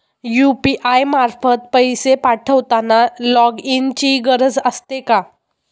UPI मार्फत पैसे पाठवताना लॉगइनची गरज असते का?